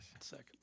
Second